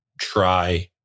try